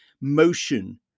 Motion